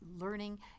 learning